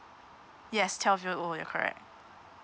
yes twelve year old you are correct